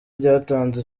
ryatanze